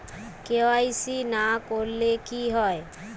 KYC না করলে কি হয়?